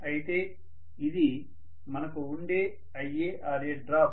అయితే ఇది మనకు ఉండే IaRa డ్రాప్